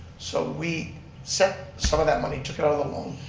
so we set some of that money, took it out of the loan,